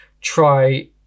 try